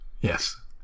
Yes